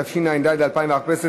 התשע"ד 2014,